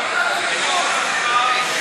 הצבעה.